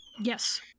yes